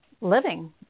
living